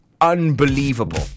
unbelievable